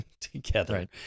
together